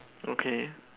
okay